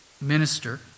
minister